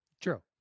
True